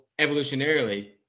evolutionarily